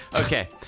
Okay